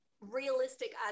realistic